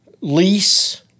lease